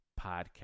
podcast